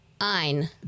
Ein